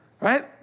right